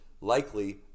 likely